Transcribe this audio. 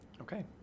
Okay